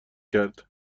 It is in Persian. کرد